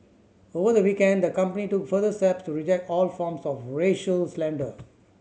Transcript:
over the weekend the company took further steps to reject all forms of racial slander